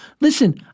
Listen